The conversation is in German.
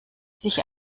sich